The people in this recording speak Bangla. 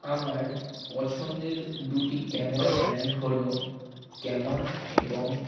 আমার পছন্দের দুটি ক্যামেরা ব্র্যান্ড হলো ক্যানন এবং